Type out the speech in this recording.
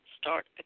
start